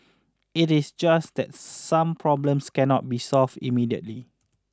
it is just that some problems cannot be solved immediately